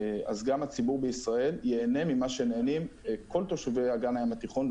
אז גם הציבור בישראל ייהנה ממה שנהנים כל תושבי אגן הים התיכון,